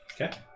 Okay